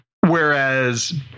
Whereas